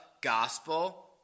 gospel